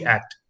Act